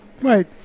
Right